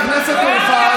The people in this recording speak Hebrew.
בא חבר הכנסת טור פז,